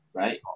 right